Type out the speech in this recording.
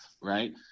right